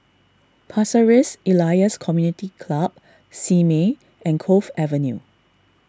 Pasir Ris Elias Community Club Simei and Cove Avenue